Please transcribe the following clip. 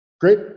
Great